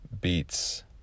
beats